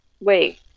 wait